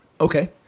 Okay